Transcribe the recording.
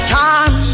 time